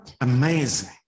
Amazing